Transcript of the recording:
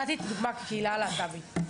נתתי דוגמא לקהילה הלהט"בית.